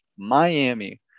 Miami